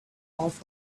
off